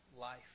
life